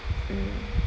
mm